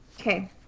Okay